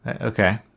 Okay